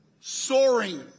soaring